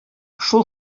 шул